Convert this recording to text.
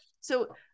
So-